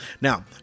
now